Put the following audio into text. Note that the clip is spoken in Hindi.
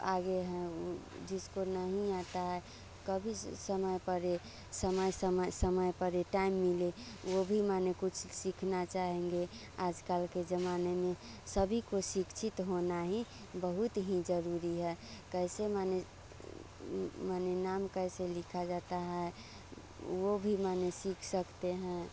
आगे हैं जिसको नहीं आता है कभी समय पर समय समय पर टाइम मिले वो भी माने कुछ सीखना चाहेंगे आजकल के ज़माने में सभी को शिक्षित होना ही बहुत ही ज़रूरी है कैसे माने नाम कैसे लिखा जाता है वो भी माने सीख सकते हैं